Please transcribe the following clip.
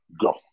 go